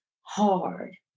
hard